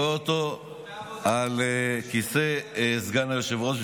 כן, שאני רואה אותו על כיסא סגן היושב-ראש.